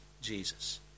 Jesus